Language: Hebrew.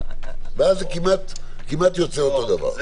ואז זה כמעט יוצא אותו דבר.